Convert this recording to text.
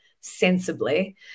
sensibly